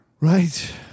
Right